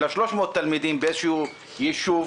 אלא 300 תלמידי באיזשהו יישוב